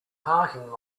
parking